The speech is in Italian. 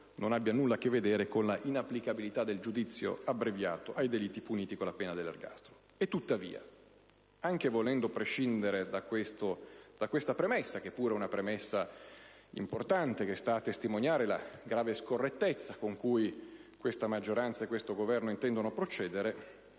non abbia nulla a che vedere con l'inapplicabilità del giudizio abbreviato ai delitti puniti con la pena dell'ergastolo. Tuttavia, anche volendo prescindere da questa premessa, che è pure importante e che testimonia la grave scorrettezza con cui questa maggioranza e questo Governo intendono procedere,